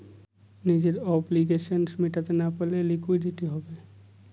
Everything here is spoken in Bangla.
নিজের অব্লিগেশনস মেটাতে না পারলে লিকুইডিটি হবে